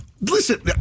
Listen